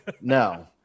No